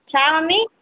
छा मम्मी